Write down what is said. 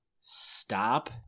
stop